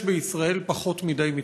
בישראל יש פחות מדי מתמחים.